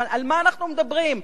על מה אנחנו מדברים?